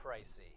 pricey